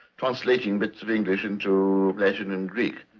translating bits of english into latin and greek.